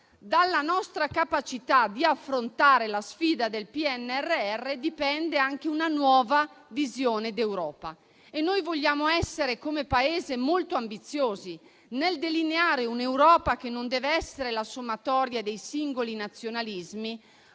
dalla nostra capacità di affrontare la sfida del PNRR dipende anche una nuova visione d'Europa. E noi vogliamo essere, come Paese, molto ambiziosi, nel delineare un'Europa che deve essere non la sommatoria dei singoli nazionalismi,